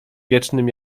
wiecznym